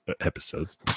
episodes